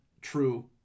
true